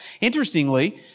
Interestingly